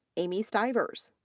amy stivers.